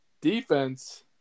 Defense